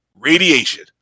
radiation